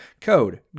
Code